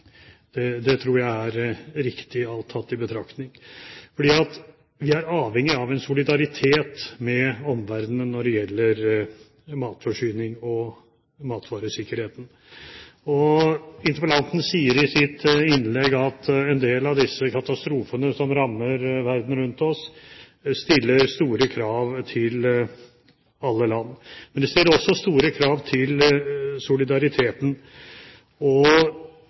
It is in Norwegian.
på. Det tror jeg er riktig, alt tatt i betraktning, fordi vi er avhengig av solidaritet med omverdenen når det gjelder matforsyning og matvaresikkerhet. Interpellanten sier i sitt innlegg at en del av de katastrofene som rammer verden rundt oss, stiller store krav til alle land. Men det stiller også store krav til solidariteten og